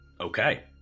Okay